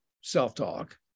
self-talk